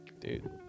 dude